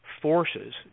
forces